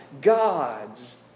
God's